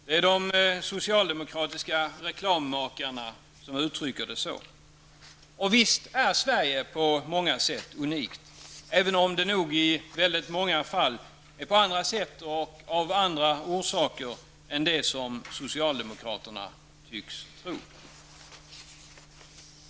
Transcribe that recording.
Det är de socialdemokratiska reklammakarna som uttrycker det så. Och visst är Sverige på många sätt unikt, även om det nog i många fall är det på andra sätt och av andra orsaker än de som socialdemokraterna tycks tro.